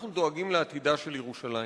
אנחנו דואגים לעתידה של ירושלים.